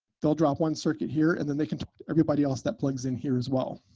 they'll drop one circuit here and then they can talk to everybody else that plugs in here as well.